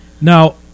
Now